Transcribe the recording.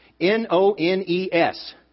N-O-N-E-S